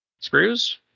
Screws